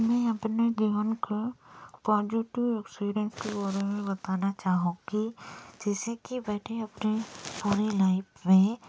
मैं अपने जीवन का पॉजिटिव एक्सपीरियेन्स के बारे में बताना चाहूँगी जैसे कि मैंने अपने पूरी लाइफ में